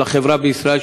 של החברה בישראל,